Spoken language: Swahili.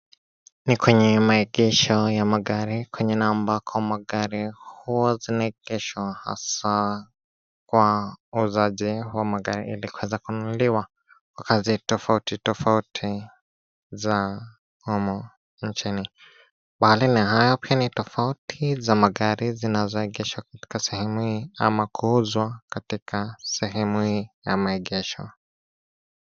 Ni kwenye maegesho ya magari, kwenye ambako magari huwa zinaegeshwa hasa kwa uuzaji wa magari ili kuweza kununuliwa kwa kazi tofauti tofauti za humo nchini, mbali na hayo ni pia ni tofauti za magari zinazoegeshwa katika sehemu hii ama kuuzwa katika sehemu hii ya maegesho.